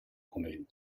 conill